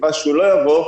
בתקווה שהוא לא יבוא.